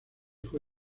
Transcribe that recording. fue